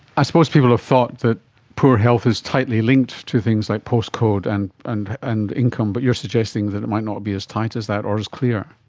i suppose people have thought that poor health is tightly linked to things like post code and and and income, but you're suggesting that it might not be as tight as that or as clear.